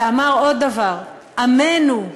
ואמר עוד דבר: עמנו,